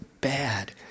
bad